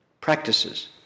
practices